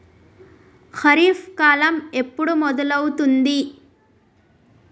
ఖరీఫ్ కాలం ఎప్పుడు మొదలవుతుంది?